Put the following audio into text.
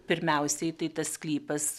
pirmiausiai tai tas sklypas